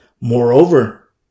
Moreover